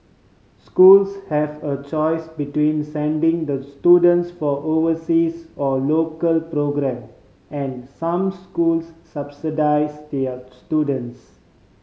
schools have a choice between sending the students for overseas or local programme and some schools subsidise their students